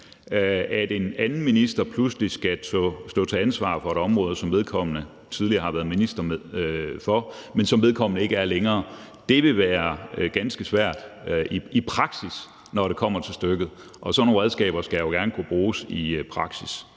at en minister pludselig skal stå til ansvar for et område, som vedkommende tidligere har været minister for, men som vedkommende ikke er det for længere, vil det i praksis, når det kommer til stykket, være ganske svært at sige. Og sådan nogle redskaber skal jo gerne kunne bruges i praksis.